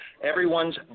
everyone's